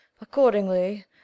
accordingly